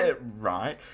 Right